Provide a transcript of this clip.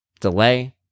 delay